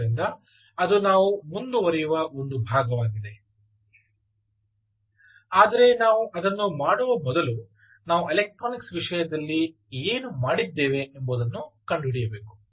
ಆದ್ದರಿಂದ ಅದು ನಾವು ಮುಂದುವರಿಯುವ ಒಂದು ಭಾಗವಾಗಿದೆ ಆದರೆ ನಾವು ಅದನ್ನು ಮಾಡುವ ಮೊದಲು ನಾವು ಎಲೆಕ್ಟ್ರಾನಿಕ್ಸ್ ವಿಷಯದಲ್ಲಿ ಏನು ಮಾಡಿದ್ದೇವೆ ಎಂಬುದನ್ನು ಕಂಡುಹಿಡಿಯಬೇಕು